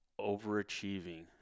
overachieving